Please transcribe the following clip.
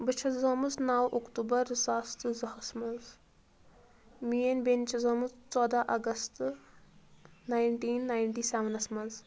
بہٕ چھَس زامٕژ نَو اکتوٗبَر زٕساس تہٕ زٕہَس منٛز میٛٲنۍ بیٚنہِ چھِ زامٕژ ژوٚدہ اگست نَیِنٹیٖن نیِنٹی سٮ۪ونَس منٛز